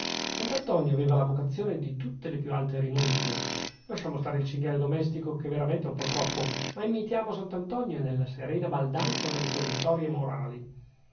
sant'antonio aveva la vocazione di tutte le più alte rinunzie lasciamo stare il cinghiale domestico che veramente è un po troppo ma imitiamo sant'antonio nella serena baldanza delle sue vittorie morali